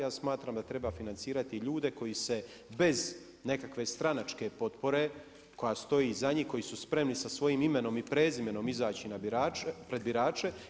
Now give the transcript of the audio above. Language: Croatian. Ja smatram da treba financirati i ljude koji se bez nekakve stranačke potpore koja stoji iza njih, koji su spremni sa svojim imenom i prezimenom izaći na birače, pred birače.